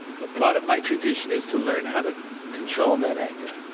but part of my tradition is to learn how to control that anger.